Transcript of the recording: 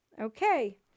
Okay